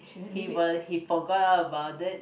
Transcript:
he was he forgot about it